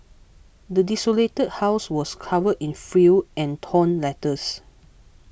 the desolated house was covered in filth and torn letters